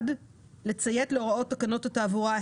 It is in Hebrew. לציית להוראות תקנות התעבורה,